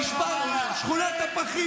שכונת הפחים,